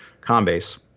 combase